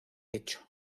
hecho